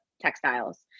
textiles